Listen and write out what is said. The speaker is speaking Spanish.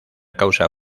causa